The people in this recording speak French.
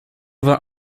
vingt